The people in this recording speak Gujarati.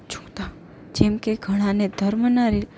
જોતાં જેમકે ઘણાંને ધર્મના રી